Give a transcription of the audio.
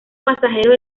pasajeros